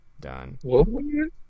done